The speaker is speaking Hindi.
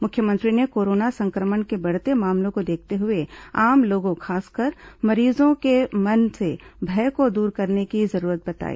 मुख्यमंत्री ने कोरोना संक्रमण के बढ़ते मामलों को देखते हुए आम लोगों खासकर मरीजों के मन से भय को दूर करने की जरूरत बताई